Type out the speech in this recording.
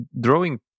drawing